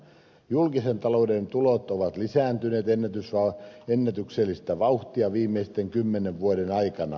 julkisen talouden tulot ovat lisääntyneet ennätyksellistä vauhtia viimeisten kymmenen vuoden aikana